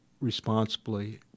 responsibly